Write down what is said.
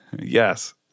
yes